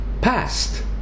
past